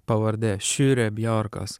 pavardė šire bjorkas